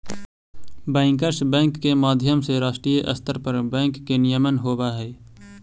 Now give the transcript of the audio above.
bankers bank के माध्यम से राष्ट्रीय स्तर पर बैंक के नियमन होवऽ हइ